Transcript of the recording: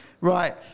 Right